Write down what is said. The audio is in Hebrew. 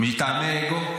מטעמי אגו?